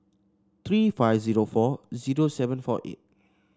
three five zero four zero seven four eight